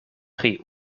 pri